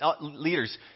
leaders